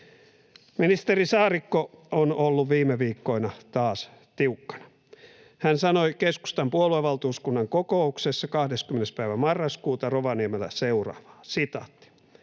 Ministeri Saarikko on ollut viime viikkoina taas tiukkana: Hän sanoi keskustan puoluevaltuuskunnan kokouksessa 20. päivä marraskuuta Rovaniemellä seuraavaa: ”Ovatko